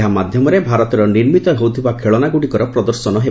ଏହା ମାଧ୍ୟମରେ ଭାରତରେ ନିର୍ମିତ ହେଉଥିବା ଖେଳନା ଗୁଡ଼ିକର ପ୍ରଦର୍ଶନ ହେବ